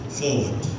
forward